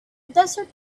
desert